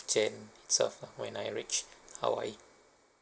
jan~ itself lah when I reached hawaii